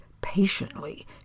patiently